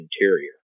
interior